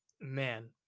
man